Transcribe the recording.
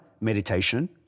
meditation